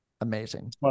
Amazing